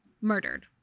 murdered